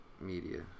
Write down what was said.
Media